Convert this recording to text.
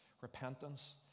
repentance